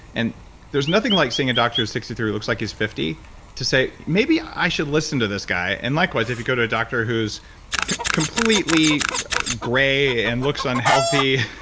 and there's nothing like seeing a doctor who's sixty three who looks like he's fifty to say, maybe i should listen to this guy. and likewise if you go to a doctor who's completely gray and looks unhealthy,